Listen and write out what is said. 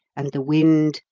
and the wind,